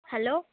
hello